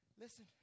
Listen